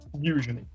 usually